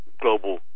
global